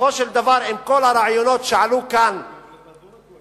בסופו של דבר, אם כל הרעיונות שעלו כאן יעלו,